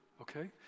okay